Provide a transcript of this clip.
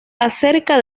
acerca